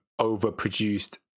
overproduced